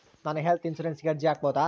ನಾನು ಹೆಲ್ತ್ ಇನ್ಶೂರೆನ್ಸಿಗೆ ಅರ್ಜಿ ಹಾಕಬಹುದಾ?